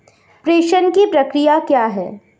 प्रेषण की प्रक्रिया क्या है?